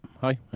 Hi